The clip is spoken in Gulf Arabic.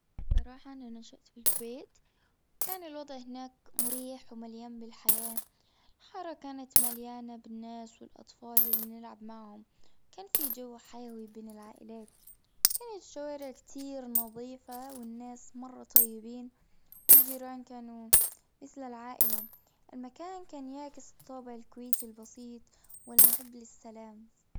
بصراحة أنا نشأت بالكويت. وكان الوضع هناك مريح ومليان بالحياة. الحارة كانت مليانة بالناس والأطفال اللي بنلعب معهم. كان في جو حيوي بين العائلات. كانت الشوارع كتير نظيفة والناس مرة طيبين. والجيران كانوا مثل العائلة المكان كان يعكس طابع الكويت البسيط والمحب للسلام.